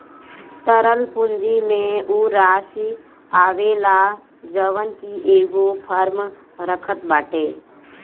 तरल पूंजी में उ राशी आवेला जवन की एगो फर्म रखत बाटे